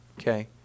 okay